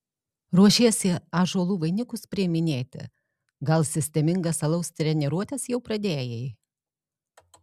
ruošiesi ąžuolų vainikus priiminėti gal sistemingas alaus treniruotes jau pradėjai